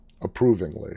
approvingly